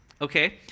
okay